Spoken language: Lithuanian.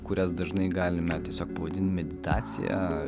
kurias dažnai galime tiesiog pavadint meditacija